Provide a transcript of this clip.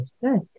Good